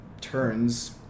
turns